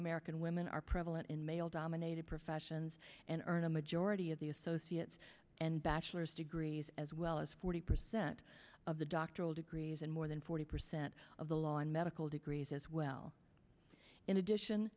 american women are prevalent in male dominated professions and earn a majority of the associates and bachelor's degrees as well as forty percent of the doctoral degrees and more than forty percent of the law and medical degrees as well in addition